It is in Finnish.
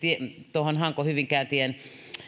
hanko hyvinkää tien